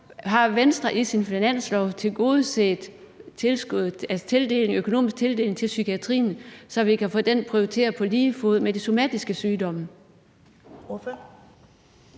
Har Venstre i sit finanslovsforslag tilgodeset økonomisk tildeling til psykiatrien, så vi kan få den prioriteret på lige fod med de somatiske sygdomme?